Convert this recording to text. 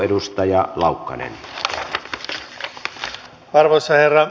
arvoisa herra puhemies